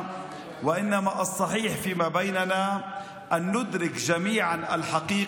אך מה שכן נכון שיהיה בינינו הוא שכולנו נבין את האמת,